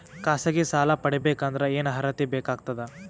ಖಾಸಗಿ ಸಾಲ ಪಡಿಬೇಕಂದರ ಏನ್ ಅರ್ಹತಿ ಬೇಕಾಗತದ?